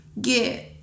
get